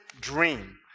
dream